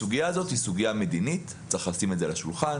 הסוגייה הזאת היא סוגייה מדינית וצריך לשים את זה על השולחן.